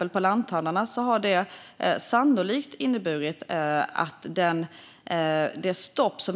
Vi kan konstatera att detta sannolikt har inneburit att det blivit ett stopp i